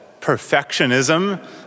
perfectionism